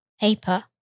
paper